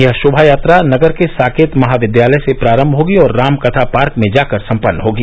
यह शोभायात्रा नगर के साकेत महाविद्यालय से प्रारम्भ होगी और रामकथा पार्क में जाकर सम्पन्न होगी